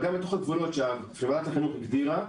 בתוך הגבולות שסביבת החינוך הגדירה,